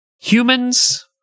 Humans